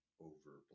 overblown